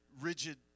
rigid